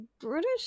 British